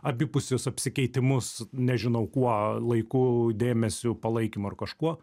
abipusius apsikeitimus nežinau kuo laiku dėmesiu palaikymu ar kažkuo